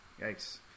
Yikes